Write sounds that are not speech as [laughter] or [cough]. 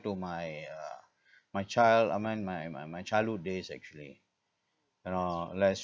to my uh [breath] my child I mean my my my childhood days actually you know less